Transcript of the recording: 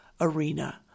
arena